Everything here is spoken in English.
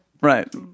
right